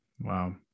Wow